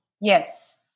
Yes